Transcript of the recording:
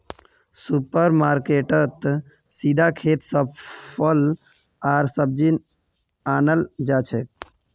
super मार्केटेत सीधा खेत स फल आर सब्जी अनाल जाछेक